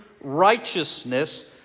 righteousness